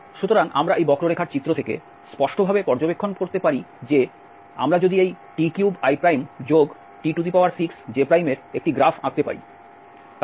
সুতরাং আমরা এই বক্ররেখার চিত্র থেকে স্পষ্টভাবে পর্যবেক্ষণ করতে পারি যে আমরা যদি এই t3it6j এর একটি গ্রাফ আঁকতে পারি